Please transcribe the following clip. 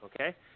Okay